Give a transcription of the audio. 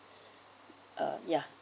uh ya